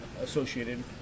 associated